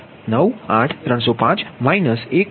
98305 minus 1